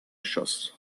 schoss